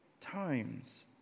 times